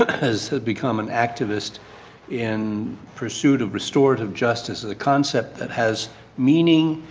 but has has become an activist in pursuit of restorative justice, a concept that has meaning,